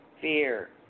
fear